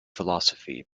philosophy